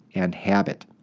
and habit.